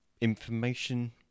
Information